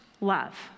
love